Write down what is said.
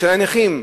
של הנכים,